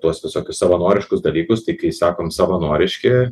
tuos visokius savanoriškus dalykus tai kai sakom savanoriški